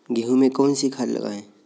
गेहूँ में कौनसी खाद लगाएँ?